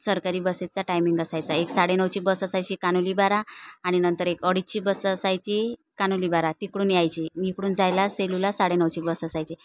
सरकारी बसचा टायमिंग असायचा एक साडे नऊची बस असायची कानोलीबारा आणि नंतर एक अडीचची बस असायची कान्होलीबारा तिकडून यायची इकडून जायला सेलुला साडेनऊ बस असायची